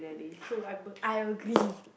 true I a~ I agree